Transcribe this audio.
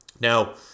Now